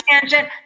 tangent